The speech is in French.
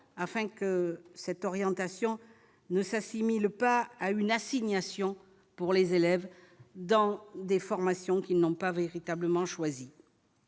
afin que cette orientation ne s'assimile pas à une assignation pour les élèves dans des formations qui n'ont pas véritablement choisi.